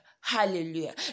Hallelujah